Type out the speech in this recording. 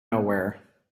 nowhere